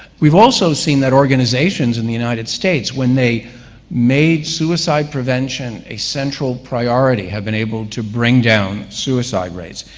we've also seen that organizations in the united states, when they made suicide prevention a central priority, have been able to bring down suicide rates.